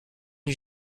lui